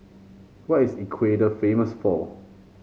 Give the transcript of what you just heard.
what is Ecuador famous for